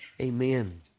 amen